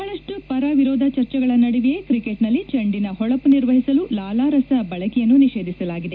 ಬಹಳಷ್ಣು ಪರ ವಿರೋಧ ಚರ್ಚೆಗಳ ನಡುವೆಯೇ ಕ್ರಿಕೆಟ್ನಲ್ಲಿ ಚೆಂಡಿನ ಹೊಳಪು ನಿರ್ವಹಿಸಲು ಲಾಲಾರಸ ಅಥವಾ ಎಂಜಲು ಬಳಕೆಯನ್ನು ನಿಷೇಧಿಸಲಾಗಿದೆ